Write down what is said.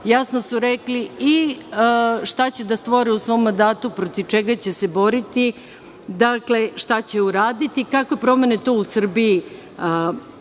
jasno su rekli i šta će da stvore u svom mandatu, protiv čega će se boriti, šta će uraditi, kakve promene to u Srbiji